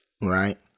right